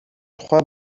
тухай